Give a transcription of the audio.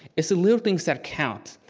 it's the little things that count,